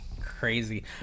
Crazy